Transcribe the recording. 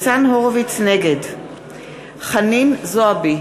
נגד חנין זועבי,